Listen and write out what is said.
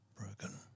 Broken